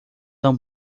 tão